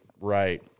right